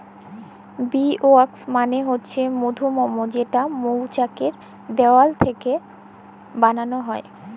bee wax মালে হছে মধুমম যেটা মচাকের দিয়াল থ্যাইকে বালাল হ্যয়